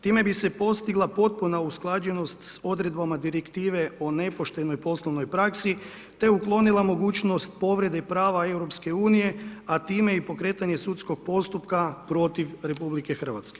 Time bi se postigla potpuna usklađenost s odredbama direktive o nepoštenoj poslovnoj praksi te uklonila mogućnost povrede i prava EU a time i pokretanje sudskog postupka protiv RH.